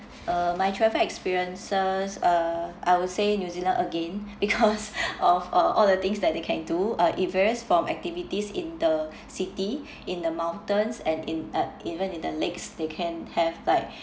uh my travel experiences uh I would say new zealand again because of uh all the things that they can do uh it varies from activities in the city in the mountains and in uh even in the lakes they can have like